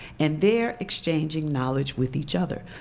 and they're exchanging knowledge with each other.